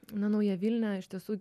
na nauja vilnia iš tiesų